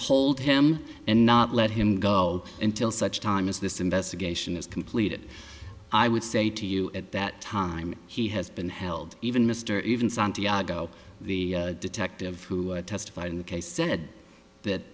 hold him and not let him go until such time as this investigation is completed i would say to you at that time he has been held even mr even santiago the detective who testified in the case said that